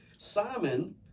Simon